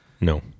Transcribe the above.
No